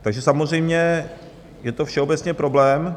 Takže samozřejmě je to všeobecně problém.